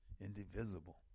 indivisible